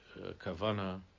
kavana